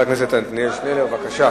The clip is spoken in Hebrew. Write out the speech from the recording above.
התש"ע